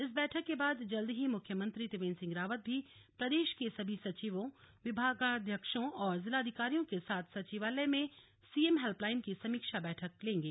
इस बैठक के बाद जल्द ही मुख्यमंत्री त्रिवेंद्र सिंह रावत भी प्रदेश के सभी सचिवों विभागाध्यक्षों और जिला अधिकारियों के साथ सचिवालय में सीएम हेल्पलाइन की समीक्षा बैठक लेंगे